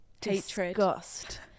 disgust